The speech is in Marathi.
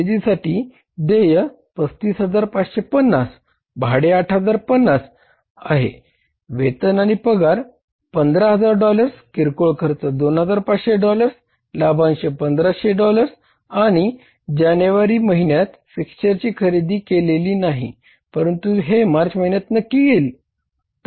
खरेदीसाठी देय 35550 भाडे 8050 आहे वेतन आणि पगार 15000 डॉलर्स किरकोळ खर्च 2500 डॉलर्स लाभांश 1500 डॉलर्स आणि जाणेवारी महिन्यात फिक्स्चरची खरेदी केलेली नाही परंतु हे मार्च महिन्यात नक्की येईल